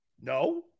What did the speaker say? No